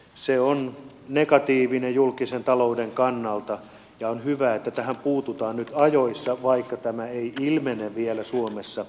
se on negatiivinen asia julkisen talouden kannalta ja on hyvä että tähän puututaan nyt ajoissa vaikka tämä ei ilmene vielä suomessa valtavassa määrin